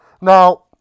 now